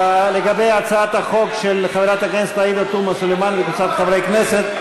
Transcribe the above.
לגבי הצעת החוק של חברת הכנסת עאידה תומא סלימאן וקבוצת חברי הכנסת,